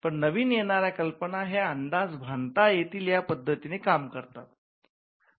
पण नवीन येणाऱ्या कल्पना ह्या अंदाज बांधता येतील या पद्धतीने काम करतात